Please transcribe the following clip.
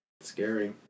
Scary